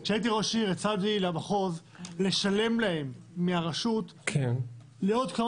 כשהייתי ראש עיר הצעתי למחוז לשלם להם מהרשות לעוד כמה